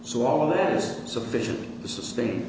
so all that is sufficient to sustain